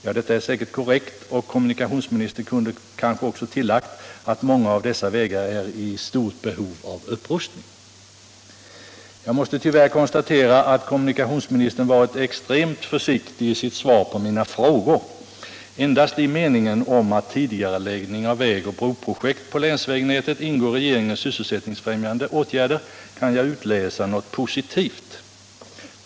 Ja, detta är säkert korrekt, och kommunikationsministern kunde kanske också ha tillagt att många av dessa vägar är i stort behov av upprustning. Jag måste tyvärr konstatera att kommunikationsministern varit extremt försiktig i sitt svar på mina frågor. Endast i meningen om att tidigareläggning av vägoch broprojekt på länsvägnätet ingår i regeringens sysselsättningsfrämjande åtgärder kan jag utläsa något positivt.